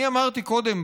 אני אמרתי קודם,